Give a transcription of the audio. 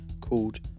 called